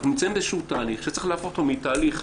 אנחנו נמצאים באיזשהו תהליך שצריך להפוך אותו מתהליך